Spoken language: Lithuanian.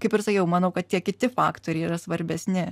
kaip ir sakiau manau kad tie kiti faktoriai yra svarbesni